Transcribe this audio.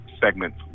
segment